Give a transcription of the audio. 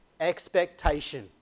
expectation